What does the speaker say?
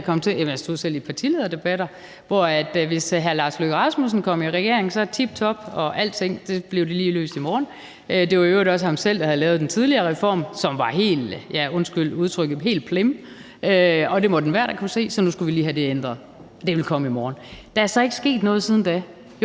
jeg stod selv i partilederdebatter – og hvis hr. Lars Løkke Rasmussen kom i regering, var det tiptop, og alting kunne lige blive løst i morgen. Det var i øvrigt også ham selv, der havde lavet den tidligere reform, som var, undskyld udtrykket, helt plim, og det måtte enhver da kunne se, så nu skulle vi lige have det ændret, og det ville ske i morgen. Der er så ikke sket noget siden da